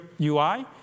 UI